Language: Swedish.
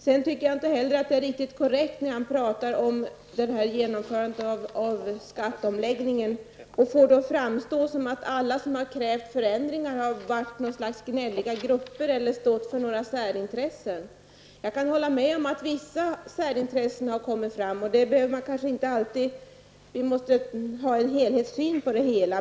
Jag anser inte heller att det som Kjell Nordström sade om genomförandet av skatteomläggningen var korrekt. Han får det att framstå som att alla som har krävt förändringar utgör något slags gnälliga grupper eller har stått för några särintressen. Jag kan hålla med om att vissa särintressen har kommit fram, men vi måste ha en helhetssyn på detta.